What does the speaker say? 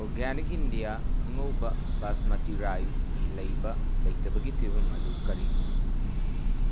organic India ꯑꯉꯧꯕ ꯕꯥꯁꯃꯥꯇꯤ ꯔꯥꯏꯁꯒꯤ ꯂꯩꯕ ꯂꯩꯇꯕꯒꯤ ꯐꯤꯕꯝ ꯑꯗꯨ ꯀꯔꯤꯅꯣ